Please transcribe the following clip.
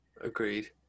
agreed